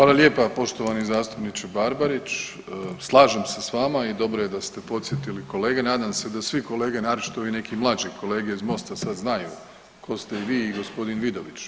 Hvala lijepa poštovani zastupniče Barbarić, slažem se s vama i dobro je da ste podsjetili kolege, nadam se da svi kolege, naročito ovi neki mlađi kolege iz Mosta sad znaju ko ste vi i g. Vidović.